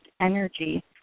energy